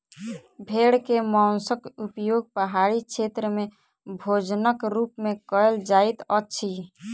भेड़ के मौंसक उपयोग पहाड़ी क्षेत्र में भोजनक रूप में कयल जाइत अछि